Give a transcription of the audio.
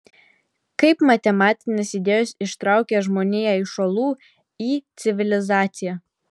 kaip matematinės idėjos ištraukė žmoniją iš olų į civilizaciją